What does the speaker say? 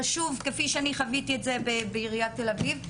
חשוב כפי שאני חוויתי את זה בעיריית ירושלים,